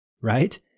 right